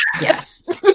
Yes